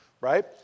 right